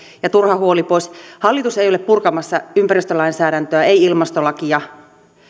ja turha huoli pois hallitus ei ole purkamassa ympäristölainsäädäntöä ei ilmastolakia